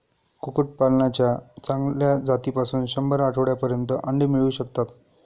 कुक्कुटपालनाच्या चांगल्या जातीपासून शंभर आठवड्यांपर्यंत अंडी मिळू शकतात